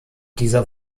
dieser